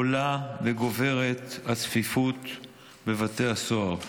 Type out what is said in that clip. עולה וגוברת הצפיפות בבתי הסוהר.